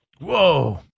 Whoa